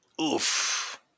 Oof